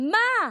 מה,